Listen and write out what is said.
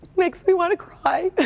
makes me want to cry.